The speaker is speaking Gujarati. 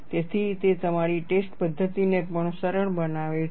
તેથી તે તમારી ટેસ્ટ પદ્ધતિને પણ સરળ બનાવે છે